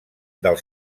del